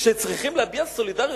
כצריך להביע סולידריות,